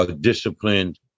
disciplined